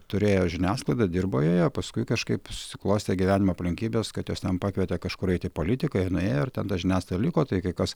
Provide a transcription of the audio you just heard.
turėjo žiniasklaidą dirbo joje paskui kažkaip susiklostė gyvenimo aplinkybės kad juos ten pakvietė kažkur eit į politiką jie nuėjo ir ta žiniasklaida liko tai kai kas